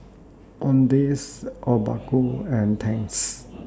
Owndays Obaku and Tangs